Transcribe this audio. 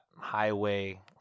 highway